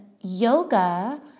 yoga